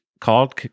called